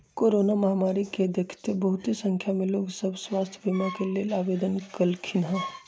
corona महामारी के देखइते बहुते संख्या में लोग सभ स्वास्थ्य बीमा के लेल आवेदन कलखिन्ह